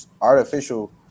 artificial